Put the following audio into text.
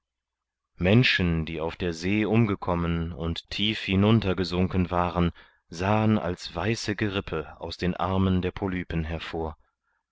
menschen die auf der see umgekommen und tief hinunter gesunken waren sahen als weiße gerippe aus den armen der polypen hervor